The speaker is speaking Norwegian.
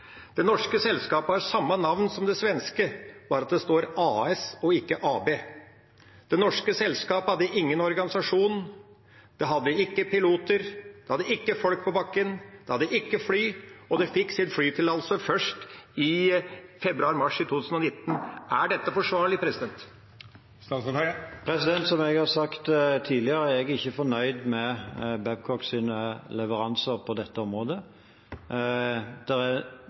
Det norske selskapet har samme navn som det svenske, bare at det står AS og ikke AB. Det norske selskapet hadde ingen organisasjon, det hadde ikke piloter, det hadde ikke folk på bakken, det hadde ikke fly, og det fikk sin flytillatelse først i februar/mars 2019. Er dette forsvarlig? Som jeg har sagt tidligere, er jeg ikke fornøyd med Babcocks leveranser på dette området. Men årsakene er